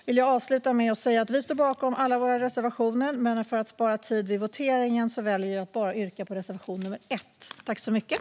Vi står bakom alla våra reservationer, men för att spara tid vid voteringen väljer jag att yrka bifall bara till reservation 1.